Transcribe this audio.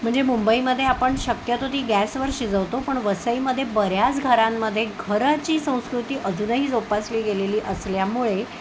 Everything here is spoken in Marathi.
म्हणजे मुंबईमदेध्ये आपण शक्यतो ती गॅसवर शिजवतो पण वसईमध्ये बऱ्याच घरांमध्ये घराची संस्कृती अजूनही जोपासली गेलेली असल्यामुळे